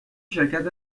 شرکت